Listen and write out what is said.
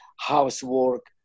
housework